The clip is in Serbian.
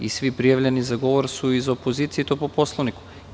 Svi prijavljeni za reč su iz opozicije, i to po Poslovniku.